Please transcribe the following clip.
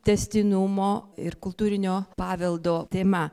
tęstinumo ir kultūrinio paveldo tema